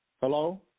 Hello